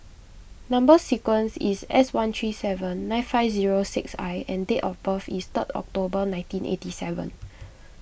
Number Sequence is S one three seven nine five zero six I and date of birth is third October nineteen eighty seven